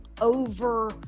over